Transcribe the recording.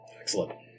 Excellent